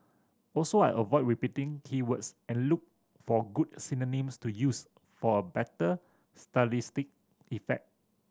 also I avoid repeating key words and look for good synonyms to use for better stylistic effect